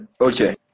okay